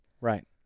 Right